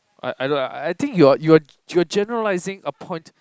I I look ah I think you're you're you're generalising a point